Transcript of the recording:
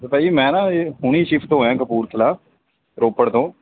ਭਾਅ ਜੀ ਮੈਂ ਨਾ ਹੁਣੀ ਸ਼ਿਫਟ ਹੋਇਆ ਕਪੂਰਥਲਾ ਰੋਪੜ ਤੋਂ